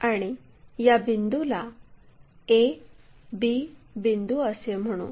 आणि या बिंदूला a b बिंदू असे म्हणू